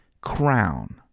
crown